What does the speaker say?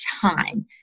time